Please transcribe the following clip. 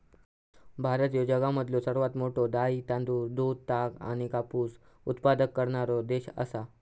भारत ह्यो जगामधलो सर्वात मोठा डाळी, तांदूळ, दूध, ताग आणि कापूस उत्पादक करणारो देश आसा